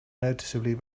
noticeably